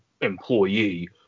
employee